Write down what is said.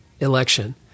election